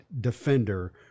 defender